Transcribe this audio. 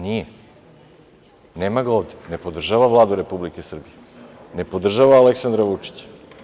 Nije, nema ga ovde, ne podržava Vladu Republike Srbije, ne podržava Aleksandra Vučića.